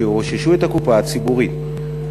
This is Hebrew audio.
שירוששו את הקופה הציבורית.